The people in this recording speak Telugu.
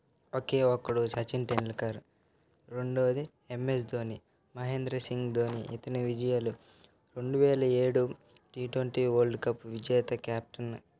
ఒకే ఒక్కడు సచిన్ టెండల్కర్ రెండవది ఎంఎస్ ధోని మహేంద్రసింగ్ ధోని ఇతని విజయాలు రెండు వేల ఏడు టి ట్వంటీ వరల్డ్ కప్ విజేత క్యాప్టెన్